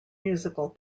musical